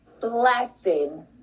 blessing